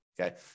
Okay